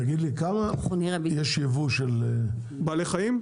תגיד לי כמה יש ייבוא של -- בעלי חיים?